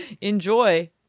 Enjoy